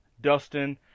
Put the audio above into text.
Dustin